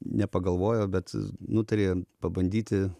nepagalvojo bet nutarė pabandyti